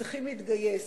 צריכים להתגייס.